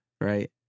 right